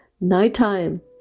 nighttime